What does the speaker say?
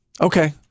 Okay